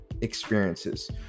experiences